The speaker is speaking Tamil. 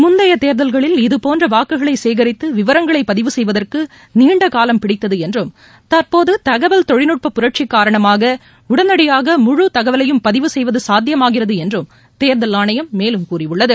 முந்தைய தேர்தல்களில் இதுபோன்ற வாக்குகளை சேகரித்து விவரங்களை பதிவு செய்வதற்கு நீண்டகாலம் பிடித்தது என்றும் தற்போது தகவல் தொழில்நுட்ப புரட்சி காரணமாக உடனடியாக முழு தகவலையும் பதிவு செய்வது சாத்தியமாகிறது என்றும் தேர்தல் ஆணையம் மேலும் கூறியுள்ளது